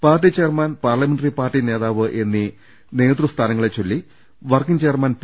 party chairman parliamentary party നേതാവ് എന്നീ നേതൃസ്ഥാനങ്ങളെചൊല്ലി വർക്കിംഗ് ചെയർമാൻ പി